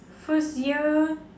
first year